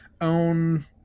own